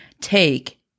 take